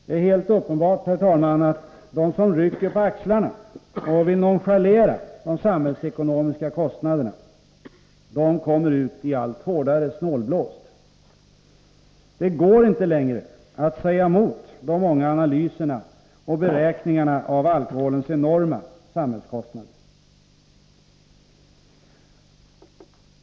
Det är helt uppenbart, herr talman, att de som rycker på axlarna och vill nonchalera de samhällsekonomiska kostnaderna kommer ut i allt hårdare snålblåst. Det går inte längre att säga emot de många analyserna och beräkningarna av alkoholens enorma samhällskostnader.